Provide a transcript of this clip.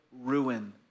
ruin